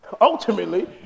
ultimately